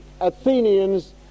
Athenians